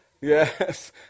Yes